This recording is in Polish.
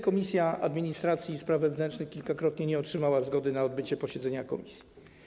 Komisja Administracji i Spraw Wewnętrznych kilkakrotnie nie otrzymała zgody na zwołanie posiedzenia komisji.